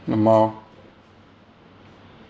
lmao